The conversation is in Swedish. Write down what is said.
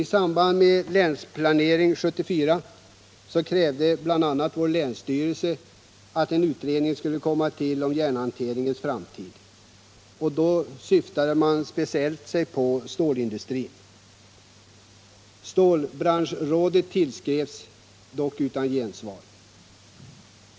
I samband med Länsplanering 74 krävde länsstyrelsen bl.a. en utredning om järnhanteringens framtid. Då syftade man speciellt på stålindustrin. Stålbranschrådet tillskrevs, dock utan gensvar.